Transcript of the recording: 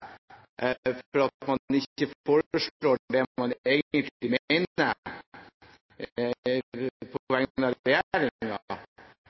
for at man ikke foreslår det man egentlig mener på